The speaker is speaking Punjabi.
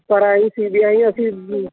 ਪਰ ਆਈ ਸੀ ਬੀ ਆਈ ਅਸੀਂ